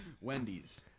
Wendy's